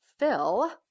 Phil